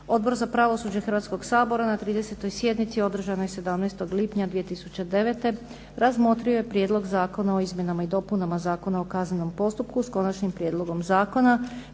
Odbor za pravosuđe Hrvatskoga sabora na 30. sjednici održanoj 17. lipnja 2009. razmotrio je Prijedlog zakona o izmjenama i dopunama Zakona o kaznenom postupku s konačnim prijedlogom zakona